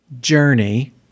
journey